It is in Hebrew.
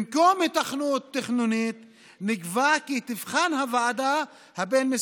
במקום היתכנות תכנונית נקבע כי תבחן הוועדה